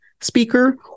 speaker